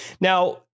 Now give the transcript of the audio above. Now